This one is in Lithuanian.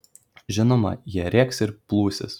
žinoma jie rėks ir plūsis